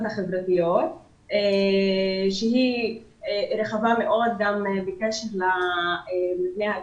החברתיות שהיא רחבה מאוד גם בגלל המראה שלהם,